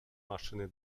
maszyny